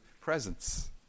presence